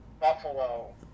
Buffalo